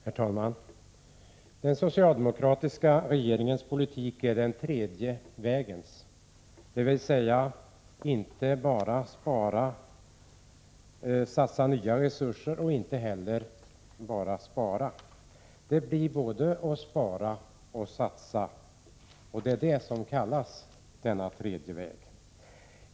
Herr talman! Den socialdemokratiska regeringens politik är den tredje vägens, dvs. inte bara satsa nya resurser men heller inte bara spara. Det blir både spara och satsa, och det är detta som kallas den tredje vägen.